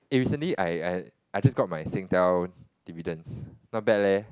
eh recently I I I just got my Singtel dividends not bad leh